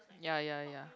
ya ya ya